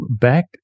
back